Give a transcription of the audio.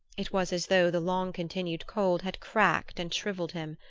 it was as though the long-continued cold had cracked and shrivelled him.